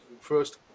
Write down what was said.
first